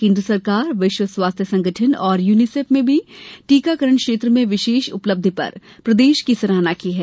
केन्द्र सरकार विश्व स्वास्थ्य संगठन और यूनिसेफ ने भी टीकाकरण क्षेत्र में विशेष उपलब्धि पर प्रदेश की सराहना की है